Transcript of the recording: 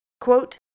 Quote